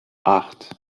acht